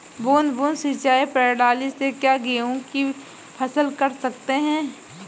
बूंद बूंद सिंचाई प्रणाली से क्या गेहूँ की फसल कर सकते हैं?